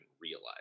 realize